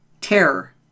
Terror